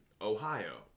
Ohio